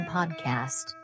Podcast